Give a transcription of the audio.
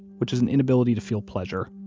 which is an inability to feel pleasure,